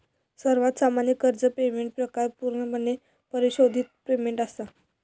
सर्वात सामान्य कर्ज पेमेंट प्रकार पूर्णपणे परिशोधित पेमेंट असा